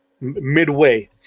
midway